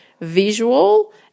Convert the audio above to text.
visual